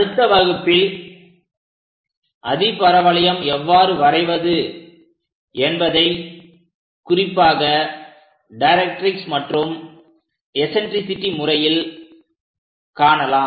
அடுத்த வகுப்பில் அதிபரவளையம் எவ்வாறு வரைவது என்பதை குறிப்பாக டைரக்ட்ரிக்ஸ் மற்றும் எஸன்ட்ரிசிட்டி முறையில் காணலாம்